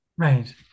Right